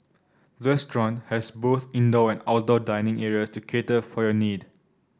restaurant has both indoor and outdoor dining area to cater for your need